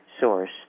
source